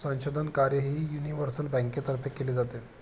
संशोधन कार्यही युनिव्हर्सल बँकेतर्फे केले जाते